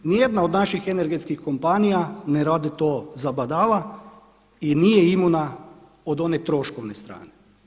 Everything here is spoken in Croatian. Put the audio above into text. Nijedna od naših energetskih kompanija ne rade to zabadava i nije imuna od one troškovne strane.